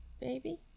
baby